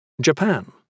Japan